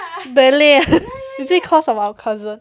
ballet ah is it cause of our cousin